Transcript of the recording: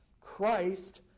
Christ